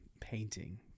painting